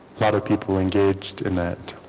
lot of people engaged in that